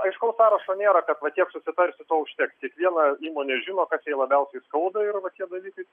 aiškaus sąrašo nėra kad va tiek susitarsi to užteks kiekviena įmonė žino kas jai labiausiai skauda ir va tie dalykai